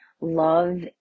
love